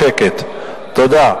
השכירות.